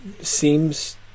seems